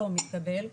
לא מתקבל,